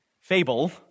fable